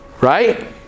Right